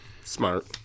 Smart